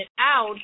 out